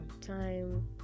time